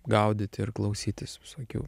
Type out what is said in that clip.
gaudyti ir klausytis visokių